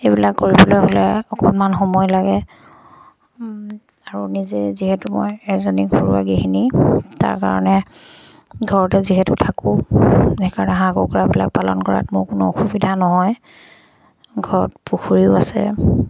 এইবিলাক কৰিবলৈ হ'লে অকণমান সময় লাগে আৰু নিজে যিহেতু মই এজনী ঘৰুৱা গৃহিণী তাৰ কাৰণে ঘৰতে যিহেতু থাকোঁ সেইকাৰণে হাঁহ কুকুৰাবিলাক পালন কৰাত মোৰ কোনো অসুবিধা নহয় ঘৰত পুখুৰীও আছে